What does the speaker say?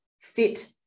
fit